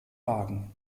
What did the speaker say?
wagen